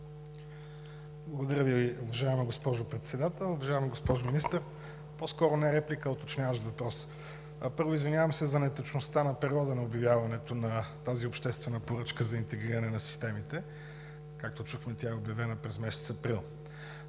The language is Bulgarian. Благодаря Ви, уважаема госпожо Председател. Уважаема госпожо Министър, по-скоро не е реплика, а уточняващ въпрос. Първо, извинявам се за неточността на периода на обявяването на тази обществена поръчка за интегриране на системите. Както чухме, тя е обявена през месец април.